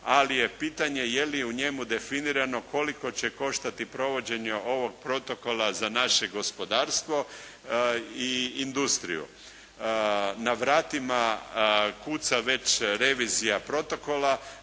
ali je pitanje je li u njemu definirano koliko će koštati provođenje ovog protokola za naše gospodarstvo i industriju. Na vratima kuca već revizija protokola